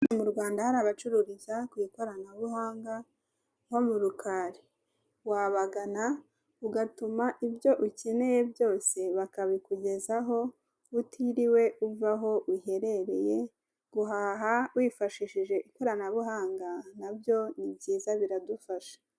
Mu rwanda hari abacururiza ku ikoranabuhanga nko mu Rukari. Wabagana ugatuma ibyo ukeneye byose bakabikugezaho utiriwe uva aho uherereye guhaha wifashishije ikoranabuhanga na byo ni byiza biradufasha.